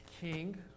king